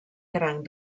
cranc